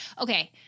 okay